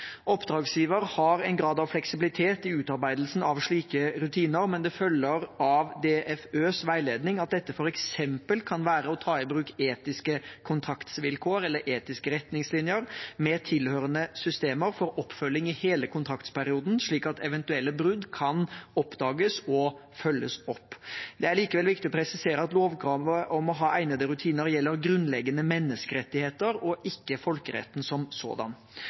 Oppdragsgiver har en grad av fleksibilitet i utarbeidelsen av slike rutiner, men det følger av DFØs veiledning at dette f.eks. kan være å ta i bruk etiske kontraktsvilkår eller etiske retningslinjer, med tilhørende systemer for oppfølging i hele kontraktsperioden, slik at eventuelle brudd kan oppdages og følges opp. Det er likevel viktig å presisere at lovkravet om å ha egnede rutiner gjelder grunnleggende menneskerettigheter og ikke folkeretten som sådan.